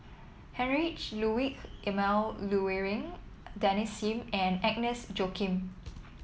Heinrich Ludwig Emil Luering Desmond Sim and Agnes Joaquim